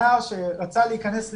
נער שרצה להיכנס לפנימייה,